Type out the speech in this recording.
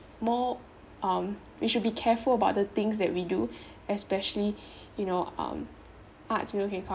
more um we should be careful about the things that we do especially you know um arts you know can come